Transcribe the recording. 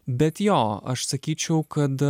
bet jo aš sakyčiau kad